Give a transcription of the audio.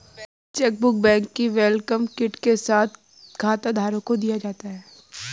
chequebook bank की welcome kit के साथ खाताधारक को दिया जाता है